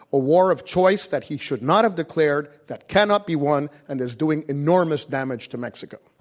a war of choice that he should not have declared, that cannot be won, and is doing enormous damage to mexico.